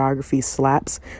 slaps